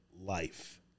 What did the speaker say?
life